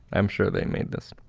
i'm sure they made this.